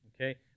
okay